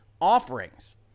offerings